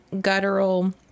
guttural